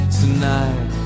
tonight